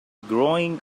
growing